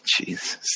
Jesus